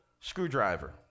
screwdriver